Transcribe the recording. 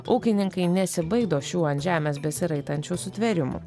ūkininkai nesibaido šių ant žemės besiraitančių sutvėrimų